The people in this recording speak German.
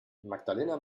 magdalena